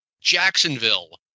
Jacksonville